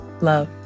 Love